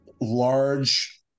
large